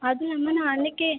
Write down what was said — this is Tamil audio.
அதுவும் இல்லாமல் நான் அன்றைக்கே